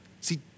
See